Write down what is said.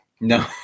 No